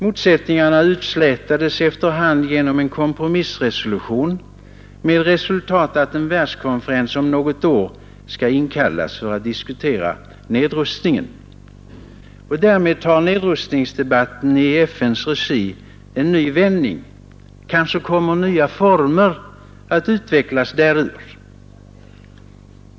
Motsättningarna utslätades efter hand genom en kompromissresolution med resultat att en världskonferens om något år skall inkallas för att diskutera nedrustningen. Därmed tar nedrustningsdebatten i FN:s regi en ny vändning, och kanske kommer nya former att utvecklas därur.